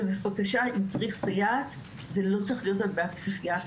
ובבקשה אם צריך סייעת זה לא צריך להיות על בעיה פסיכיאטרית,